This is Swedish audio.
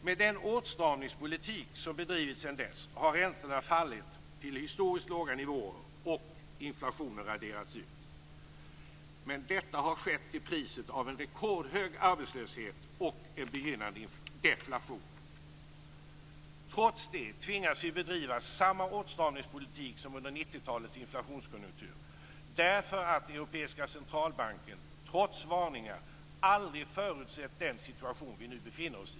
Med den åtstramningspolitik som bedrivits sedan dess har räntorna fallit till historiskt låga nivåer och inflationen raderats ut. Men detta har skett till priset av en rekordhög arbetslöshet och en begynnande deflation. Ändå tvingas vi bedriva samma åtstramningspolitik som under 90-talets inflationskonjunktur därför att Europeiska centralbanken, trots varningar, aldrig förutsett den situation som vi nu befinner oss i.